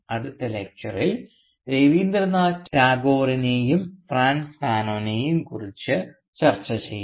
അടുത്ത ലക്ചറിൽ രബീന്ദ്രനാഥ ടാഗോറിനെയും ഫ്രാൻസ് ഫാനോനെയും കുറിച്ച് ചർച്ച ചെയ്യാം